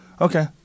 okay